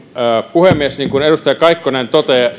puhemies niin kuin edustaja kaikkonen